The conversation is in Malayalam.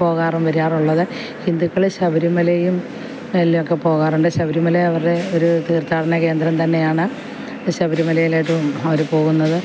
പോകാറും വരാറുള്ളത് ഹിന്ദുക്കൾ ശബരിമലയിലും എല്ലാ ഒക്കെ പോകാറുണ്ട് ശബരിമല അവരുടെ ഒരു തീർത്ഥാടന കേന്ദ്രം തന്നെയാണ് ശബരിമലയിലതും അവർ പോകുന്നത്